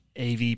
AV